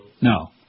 No